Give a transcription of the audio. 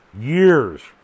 Years